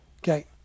Okay